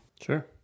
Sure